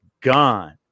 gone